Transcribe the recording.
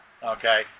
Okay